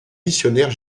missionnaire